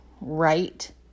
right